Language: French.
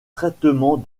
traitement